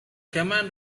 command